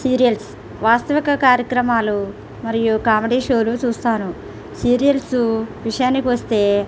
serials వాస్తవిక కార్యక్రమాలు మరియు కామెడీ షోలు చూస్తాను సీరియల్స్ విషయానికి వస్తే